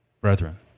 brethren